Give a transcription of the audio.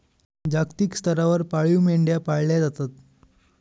जागतिक स्तरावर पाळीव मेंढ्या पाळल्या जातात